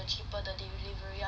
the cheaper the delivery ah